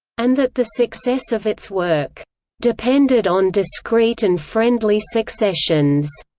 and that the success of its work depended on discreet and friendly successions.